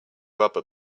rubber